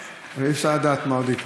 אי-אפשר לדעת מה עוד יקרה.